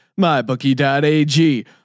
MyBookie.ag